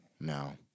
no